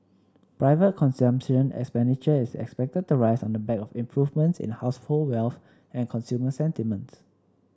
private consumption expenditure is expected to rise on the back of improvements in household wealth and consumer sentiments